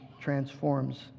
transforms